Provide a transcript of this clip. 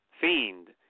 Fiend